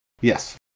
Yes